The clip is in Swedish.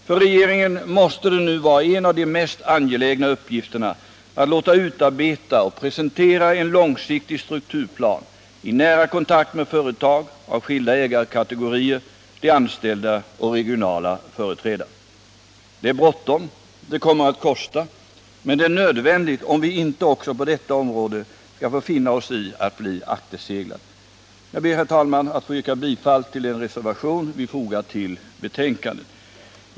För regeringen måste det nu vara en av de mest angelägna uppgifterna att låta utarbeta och presentera en långsiktig strukturplan i nära kontakt med företag av skilda ägarkategorier, de anställda och regionala företrädare. Det är bråttom och det kommer att kosta. Men det är nödvändigt om vi inte också på detta område skall få finna oss i att bli akterseglade. Jag ber, herr talman, att få yrka bifall till den reservation som vi har fogat till betänkandet.